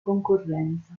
concorrenza